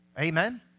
Amen